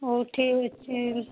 ହଉ ଠିକ୍ ଅଛି